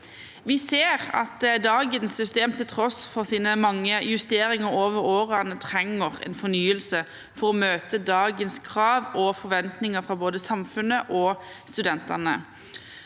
Vi ser at dagens system, til tross for sine mange justeringer over årene, trenger en fornyelse for å møte dagens krav og forventninger fra både samfunnet og studentene.